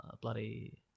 bloody